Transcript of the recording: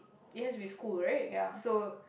it has to be school right so